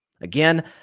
Again